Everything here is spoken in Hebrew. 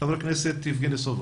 חבר הכנסת יבגני סובה.